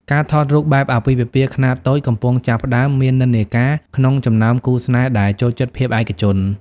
ការថតរូបបែបអាពាហ៍ពិពាហ៍ខ្នាតតូច កំពុងចាប់ផ្ដើមមាននិន្នាការក្នុងចំណោមគូស្នេហ៍ដែលចូលចិត្តភាពឯកជន។